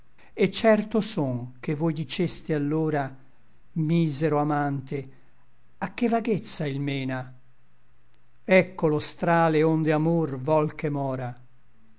et certo son che voi diceste allora misero amante a che vaghezza il mena ecco lo strale onde amor vòl che mora